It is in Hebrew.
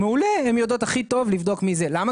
מעולה, הן יודעות הכי טוב לבדוק מי זה, למה?